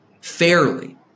fairly